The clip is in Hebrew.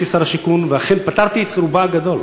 ואכן פתרתי את רובה הגדול.